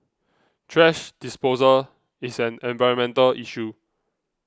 thrash disposal is an environmental issue